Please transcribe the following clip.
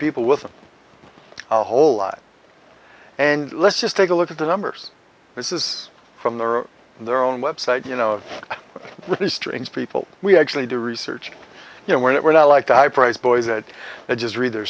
people with a whole lot and let's just take a look at the numbers this is from the their own website you know with their strings people we actually do research you know we're not we're not like the high price boys that just read their